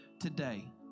today